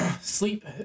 Sleep